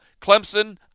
Clemson